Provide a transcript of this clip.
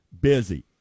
busy